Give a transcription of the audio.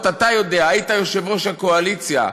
בוועדות, אתה יודע, היית יושב-ראש הקואליציה,